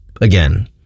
again